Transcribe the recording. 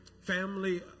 Family